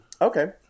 okay